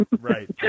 Right